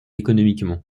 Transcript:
économiquement